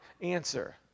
answer